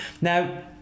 Now